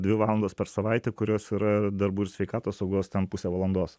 dvi valandos per savaitę kurios yra darbų ir sveikatos saugos ten pusė valandos